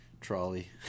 trolley